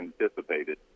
anticipated